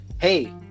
Hey